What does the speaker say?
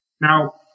Now